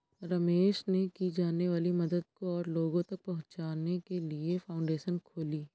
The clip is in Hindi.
रमेश ने की जाने वाली मदद को और लोगो तक पहुचाने के लिए फाउंडेशन खोली